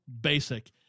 Basic